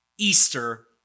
Easter